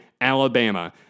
Alabama